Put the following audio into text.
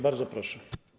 Bardzo proszę.